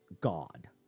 god